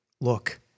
Look